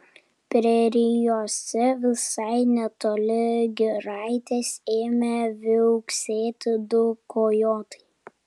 prerijose visai netoli giraitės ėmė viauksėti du kojotai